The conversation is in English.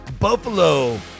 Buffalo